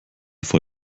vor